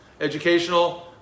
educational